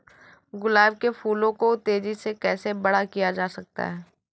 गुलाब के फूलों को तेजी से कैसे बड़ा किया जा सकता है?